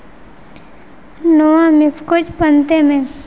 ᱱᱚᱣᱟ ᱢᱮᱥᱠᱚᱪ ᱯᱟᱱᱛᱮ ᱢᱮ